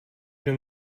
den